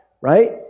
right